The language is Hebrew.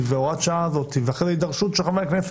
והוראת השעה הזאת ואחרי כן הידרשות של חברי כנסת,